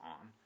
on